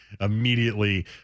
immediately